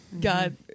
God